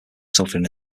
suffering